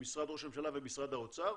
ממשרד ראש הממשלה ומשרד האוצר,